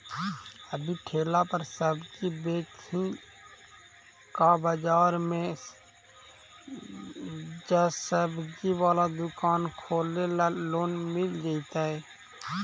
अभी ठेला पर सब्जी बेच ही का बाजार में ज्सबजी बाला दुकान खोले ल लोन मिल जईतै?